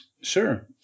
Sure